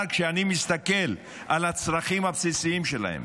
אבל כשאני מסתכל על הצרכים הבסיסיים שלהן,